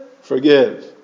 Forgive